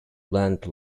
land